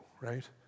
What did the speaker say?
right